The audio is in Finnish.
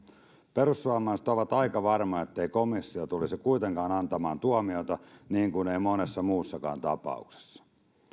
perussuomalaiset ovat aika varmoja ettei komissio tulisi kuitenkaan antamaan tuomiota niin kuin ei monessa muussakaan tapauksessa